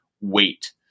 wait